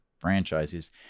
franchises